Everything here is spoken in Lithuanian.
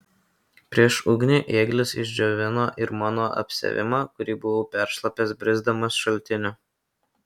prieš ugnį ėglis išdžiovino ir mano apsiavimą kurį buvau peršlapęs brisdamas šaltiniu